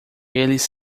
eles